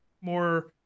more